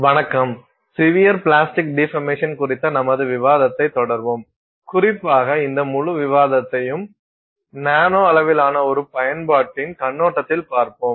வணக்கம் severe plastic deformation குறித்த நமது விவாதத்தை தொடருவோம் குறிப்பாக இந்த முழு விவாதத்தையும் நானோ அளவிலான ஒரு பயன்பாட்டின் கண்ணோட்டத்தில் பார்ப்போம்